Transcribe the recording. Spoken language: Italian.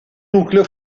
nucleo